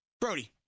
Brody